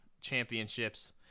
championships